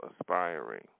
aspiring